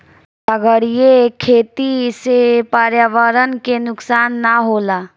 सागरीय खेती से पर्यावरण के नुकसान ना होला